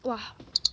!wah!